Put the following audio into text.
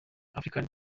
african